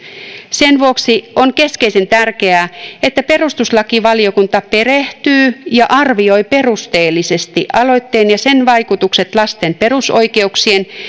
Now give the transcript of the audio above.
sen vuoksi on keskeisen tärkeää että perustuslakivaliokunta perehtyy tähän ja arvioi perusteellisesti aloitteen ja sen vaikutukset lasten perusoikeuksien